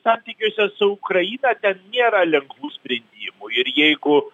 santykiuose su ukraina ten nėra lengvų sprendimų ir jeigu